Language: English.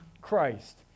Christ